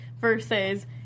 versus